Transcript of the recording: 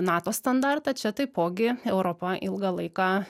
nato standartą čia taipogi europa ilgą laiką